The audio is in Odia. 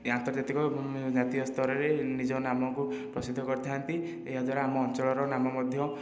ଏହି ଆନ୍ତର୍ଜାତୀକ ଏବଂ ଜାତୀୟ ସ୍ତରରେ ନିଜ ନାମକୁ ପ୍ରସିଦ୍ଧ କରିଥାନ୍ତି ଏହାଦ୍ୱାରା ଆମ ଅଞ୍ଚଳର ନାମ ମଧ୍ୟ